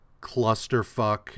clusterfuck